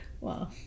Wow